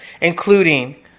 including